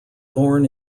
born